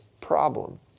problem